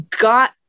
got